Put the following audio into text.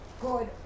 good